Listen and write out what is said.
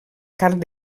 carn